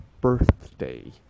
birthday